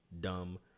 dumb